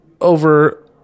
over